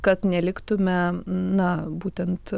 kad neliktume na būtent